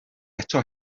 eto